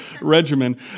regimen